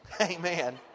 Amen